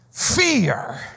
Fear